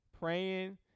praying